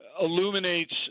illuminates